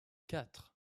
quatre